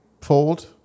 fold